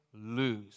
Lose